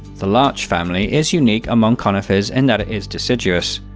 the larch family is unique among conifers in that it is deciduous.